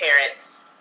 Parents